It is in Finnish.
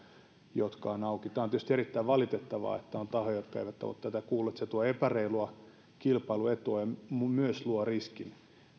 jotka ovat auki on tietysti erittäin valitettavaa että on tahoja jotka eivät ole tätä kuulleet se tuo epäreilua kilpailuetua ja myös luo riskin